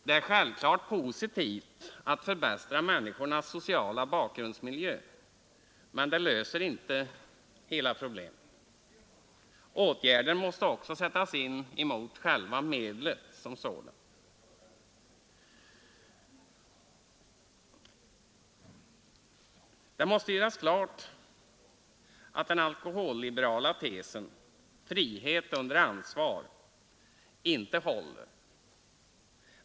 Det är självklart positivt att förbättra människornas sociala bakgrundsmiljö, men det löser inte hela problemet. Åtgärder måste också sättas in mot själva medlet som sådant. Det måste göras klart att den alkoholliberala tesen ”frihet under ansvar” inte håller.